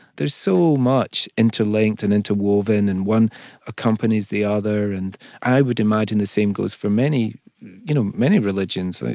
there's so much interlinked and interwoven. and one accompanies the other. and i would imagine the same goes for many you know, many religions.